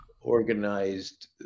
organized